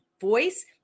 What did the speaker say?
voice